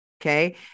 Okay